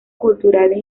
culturales